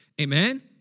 Amen